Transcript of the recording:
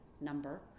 number